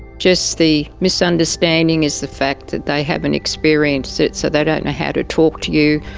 just the misunderstanding is the fact that they haven't experienced it, so they don't know how to talk to you.